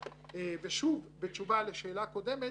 ציין את זה המבקר,